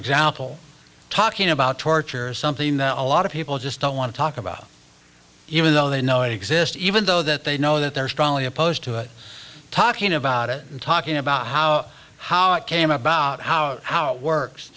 example talking about torture is something that a lot of people just don't want to talk about even though they know it exists even though that they know that they're strongly opposed to it talking about it and talking about how how it came about how how it works